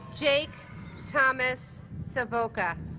jake thomas savoca